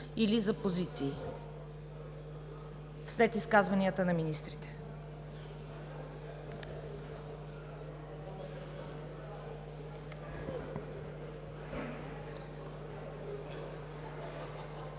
или за позиции след изказванията на министрите.